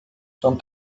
son